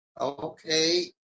Okay